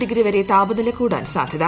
degree വരെ താപനില കൂടാൻ സാധൃത